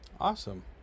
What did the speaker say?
Awesome